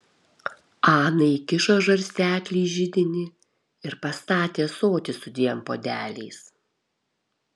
ana įkišo žarsteklį į židinį ir pastatė ąsotį su dviem puodeliais